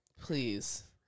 Please